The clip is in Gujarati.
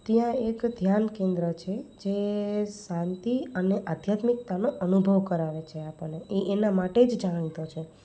ત્યાં એક ધ્યાન કેન્દ્ર છે જે શાંતિ અને આધ્યાત્મિકતાનો અનુભવ કરાવે છે આપણને ઇ એના માટે જ જાણીતો છે